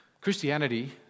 Christianity